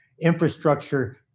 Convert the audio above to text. infrastructure